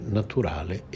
naturale